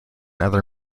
other